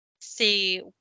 see